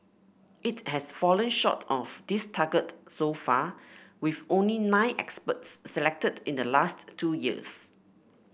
it has fallen short of this target so far with only nine experts selected in the last two years